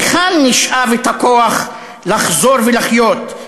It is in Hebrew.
מהיכן נשאב את הכוח לחזור ולחיות,